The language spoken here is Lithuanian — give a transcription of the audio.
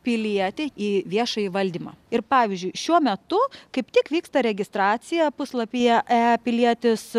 pilietį į viešąjį valdymą ir pavyzdžiui šiuo metu kaip tik vyksta registracija puslapyje epilietis